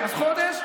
אז חודש,